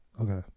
Okay